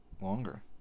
Longer